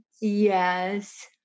Yes